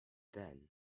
then